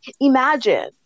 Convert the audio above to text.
imagine